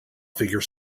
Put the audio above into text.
figure